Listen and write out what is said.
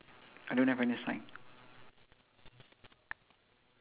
one two three four five six mine got six boxes